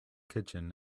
kitchen